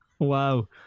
Wow